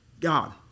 God